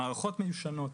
מערכות מיושנות,